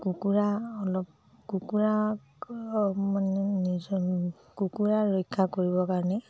কুকুৰা অলপ কুকুৰাক মানে নিজৰ কুকুৰা ৰক্ষা কৰিবৰ কাৰণে